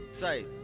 Say